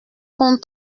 qu’on